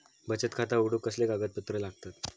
बचत खाता उघडूक कसले कागदपत्र लागतत?